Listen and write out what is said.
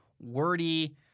wordy